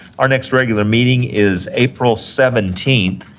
our next regular meeting is april seventeenth.